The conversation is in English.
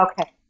Okay